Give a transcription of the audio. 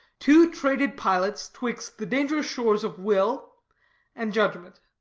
two traded pilots twixt the dangerous shores of will and judgment